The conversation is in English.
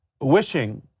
wishing